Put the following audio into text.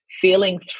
Feeling